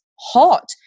hot